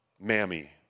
Mammy